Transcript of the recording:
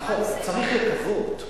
נכון, צריך לקוות.